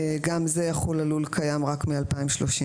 גם זה יחול על לול קיים רק מ-2037.